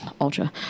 Ultra